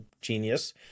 genius